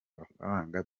mafaranga